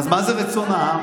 אז מה זה "רצון העם"?